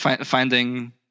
finding